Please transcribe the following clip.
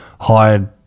hired